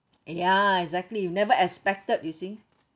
ya exactly you never expected you see